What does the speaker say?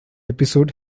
episode